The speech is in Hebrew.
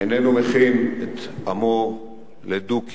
איננו מכין את עמו לדו-קיום